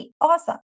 Awesome